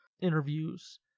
interviews